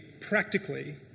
practically